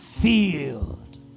field